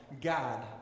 God